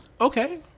Okay